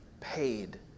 paid